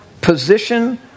position